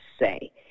say